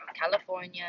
California